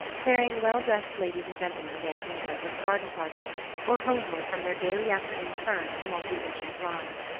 carrying well-dressed ladies and gentlemen away from the beaufort garden-party, or homeward from their daily afternoon turn along the ocean drive.